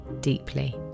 deeply